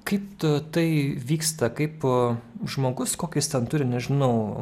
kaip to tai vyksta kaip žmogus kokį jis ten turi nežinau